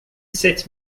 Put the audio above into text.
sept